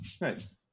nice